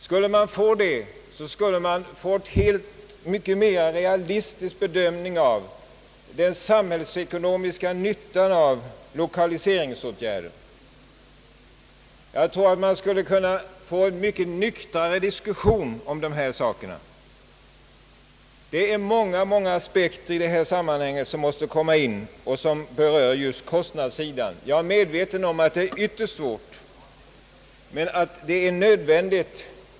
Om man hade gjort det, hade det blivit en mycket mera realistisk bedömning av den samhällsekonomiska nyttan av lokaliseringsåtgärder. Vi skulle också ha fått en mycket nyktrare diskussion om dessa saker. Det är många aspekter som man måste ta hänsyn till i detta sammanhang och som berör just kostnadssidan. Jag är medveten om att det är ytterst svårt.